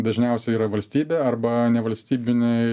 dažniausiai yra valstybė arba nevalstybiniai